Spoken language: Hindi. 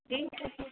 ठीक है फिर तो